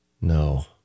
No